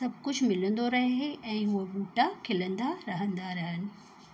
सभु कुझु मिलंदो रहे ऐं हू बूटा खिलंदा रहंदा रहनि